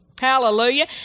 Hallelujah